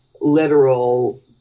literal